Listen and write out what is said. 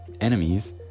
enemies